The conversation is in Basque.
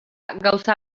gauza